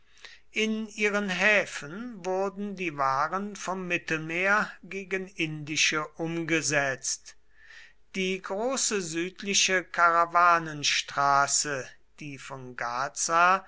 in ihren häfen wurden die waren vom mittelmeer gegen indische umgesetzt die große südliche karawanenstraße die von gaza